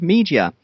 Media